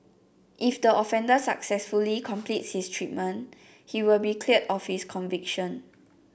if the offender successfully completes his treatment he will be cleared of his conviction